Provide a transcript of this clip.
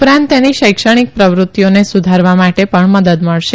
ઉપરાંત તેની શૈક્ષણિક પ્રવૃત્તિઓને સુધારવા માટે પણ મદદ મળશે